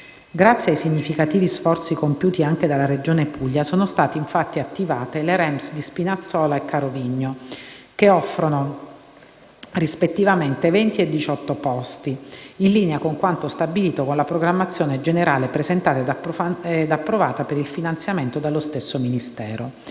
Grazie ai significativi sforzi compiuti anche dalla Regione Puglia, sono state infatti attivate le REMS di Spinazzola e di Carovigno che offrono, rispettivamente, 20 e 18 posti, in linea con quanto stabilito con la programmazione generale presentata ed approvata per il finanziamento dallo stesso Ministero.